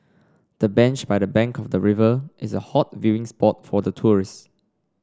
the bench by the bank of the river is a hot viewing spot for tourists